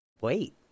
wait